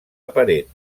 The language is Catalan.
aparent